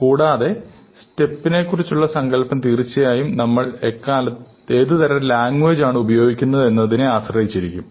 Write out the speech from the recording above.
കൂടാതെ സ്റ്റെപ്പിനെക്കുറിച്ചുള്ള സങ്കൽപം തീർച്ചയായും നമ്മൾ ഏതുതരം ലാംഗ്വേജ് ആണുപയോഗിക്കുന്നത് എന്നതിനെ ആശ്രയിച്ചിരിക്കുന്നു